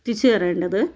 എത്തിച്ചു തരേണ്ടത്